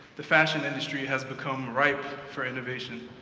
the fashion industry has become ripe for innovation.